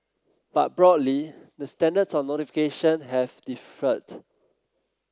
but broadly the standards on notification have differed